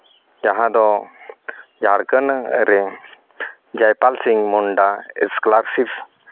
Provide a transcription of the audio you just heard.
ᱡᱟᱦᱟᱸ ᱫᱚ ᱡᱷᱟᱲᱠᱷᱚᱸᱰ ᱨᱮ ᱡᱚᱭᱯᱟᱞ ᱥᱤᱝ ᱢᱩᱱᱰᱟ ᱥᱠᱚᱞᱟᱨᱥᱤᱯ